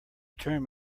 term